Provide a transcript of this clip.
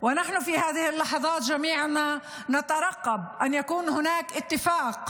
ומכאן אני רוצה לשלוח את תנחומיי.